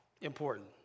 important